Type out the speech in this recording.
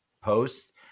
posts